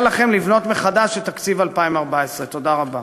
לכם לבנות מחדש את תקציב 2014. תודה רבה.